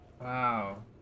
Wow